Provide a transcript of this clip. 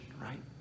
right